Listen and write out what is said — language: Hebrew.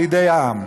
לידי העם.